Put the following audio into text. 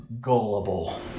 gullible